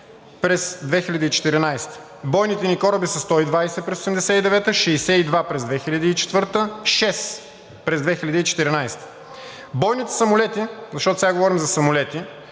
през 2014 г. Бойните ни кораби са 120 през 1989 г., 62 през 2004 г., 6 през 2014 г. Бойните самолети, защото сега говорим за самолети,